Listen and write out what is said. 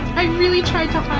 i really tried to